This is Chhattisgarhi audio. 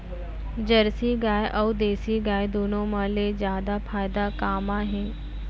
जरसी गाय अऊ देसी गाय दूनो मा ले जादा फायदा का मा हे?